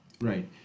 Right